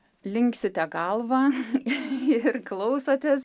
linksite galvą ir klausotės